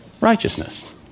Righteousness